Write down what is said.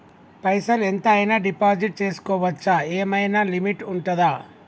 పైసల్ ఎంత అయినా డిపాజిట్ చేస్కోవచ్చా? ఏమైనా లిమిట్ ఉంటదా?